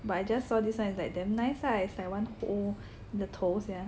but I just saw this one is like damn nice lah it's like one two 你的头 sia